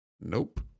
Nope